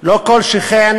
לא כל שכן